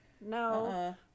No